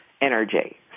energy